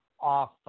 off